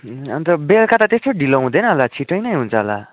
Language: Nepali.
अन्त बेलुका त त्यस्तो ढिलो हुँदैन होला छिट्टै नै हुन्छ होला